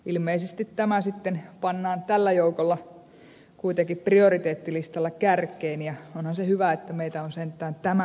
ilmeisesti tämä sitten pannaan tällä joukolla kuitenkin prioriteettilistalla kärkeen ja onhan se hyvä että meitä on sentään tämän verran